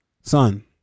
Son